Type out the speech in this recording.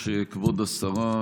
כבוד השרה,